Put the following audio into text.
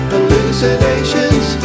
Hallucinations